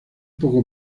poco